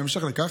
בהמשך לכך,